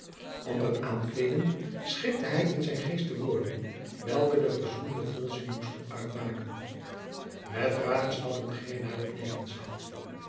onder het aankleeden schikte hij in zijn geest de woorden welke den verzoenenden volzin moesten uitmaken met trage stappen ging hij naar de benedenzaal